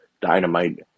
Dynamite